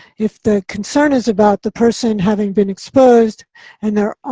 if the concern is about the person having been exposed and they're,